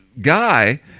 guy